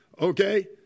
okay